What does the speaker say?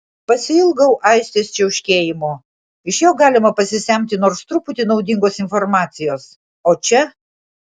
pasiilgau aistės čiauškėjimo iš jo galima pasisemti nors truputį naudingos informacijos o čia